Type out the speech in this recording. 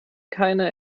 keine